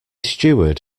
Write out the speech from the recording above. steward